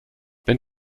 wenn